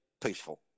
peaceful